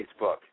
Facebook